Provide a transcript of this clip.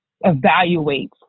evaluate